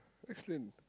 explain